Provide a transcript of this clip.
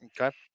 Okay